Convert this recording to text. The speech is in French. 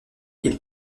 ils